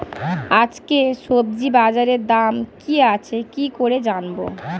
আজকে সবজি বাজারে দাম কি আছে কি করে জানবো?